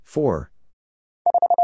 Four